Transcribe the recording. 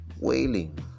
wailing